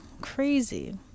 crazy